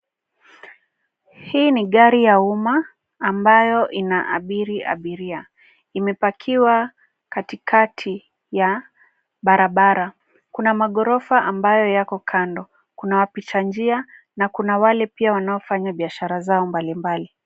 Hii ni gari ya umma ambayo ina abiri abiria. Imepakiwa katikati ya barabara. Kuna maghorofa ambayo yako kando. Kuna wapita njia na kuna wale pia wanaofanya biashara zao mbalimbali.